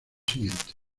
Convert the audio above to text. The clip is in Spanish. siguientes